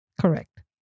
Correct